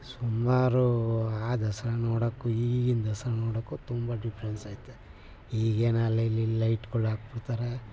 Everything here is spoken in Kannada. ಸುಮಾರು ಆ ದಸರಾ ನೋಡೋಕ್ಕು ಈಗಿನ ದಸರಾ ನೋಡೋಕ್ಕು ತುಂಬ ಡಿಫ್ರೆನ್ಸ್ ಐತೆ ಈಗೇನು ಅಲ್ಲಿ ಇಲ್ಲಿ ಲೈಟ್ಗಳು ಹಾಕ್ಬಿಡ್ತಾರೆ